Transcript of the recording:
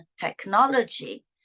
technology